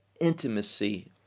intimacy